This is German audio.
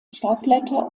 staubblätter